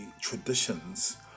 traditions